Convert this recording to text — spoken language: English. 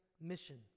mission